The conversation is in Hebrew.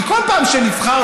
כי כל פעם שנבחרת,